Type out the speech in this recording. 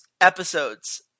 episodes